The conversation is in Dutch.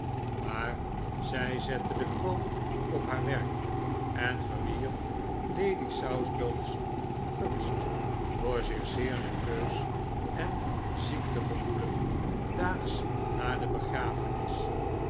maar zij zette de kroon op haar werk en verwierf lady southdown's gunst door zich zeer nerveus en ziek te gevoelen daags na de begrafenis